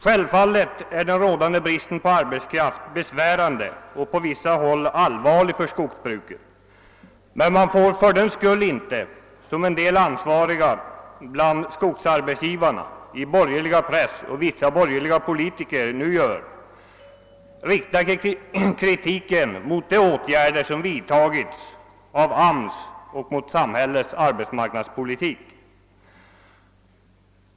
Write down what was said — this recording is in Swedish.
Självfallet är den rådande bristen på arbetskraft besvärande och på vissa håll allvarlig för skogsbruket, men man får fördenskull inte — som en del ansvariga skogsarbetsgivare, borgerlig press och vissa borgerliga politiker — rikta kritiken mot de åtgärder som vidtagits av AMS och mot samhällets arbetsmarknadspolitik.